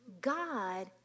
God